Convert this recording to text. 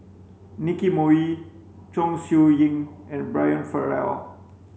Nicky Moey Chong Siew Ying and Brian Farrell